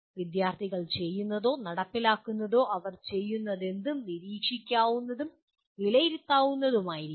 വിദ്യാർത്ഥികൾ ചെയ്യുന്നതോ നടപ്പിലാക്കുന്നതോ അവർ ചെയ്യുന്നതെന്തും നിരീക്ഷിക്കാവുന്നതും വിലയിരുത്താവുന്നതുമായിരിക്കണം